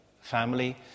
family